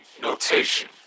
Notation